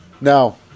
now